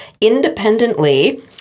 independently